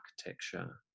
architecture